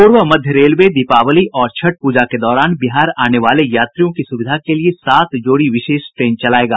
पूर्व मध्य रेलवे दीपावली और छठ पूजा के दौरान बिहार आने वाले यात्रियों की सुविधा के लिये सात जोड़ी विशेष ट्रेन चलायेगा